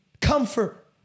comfort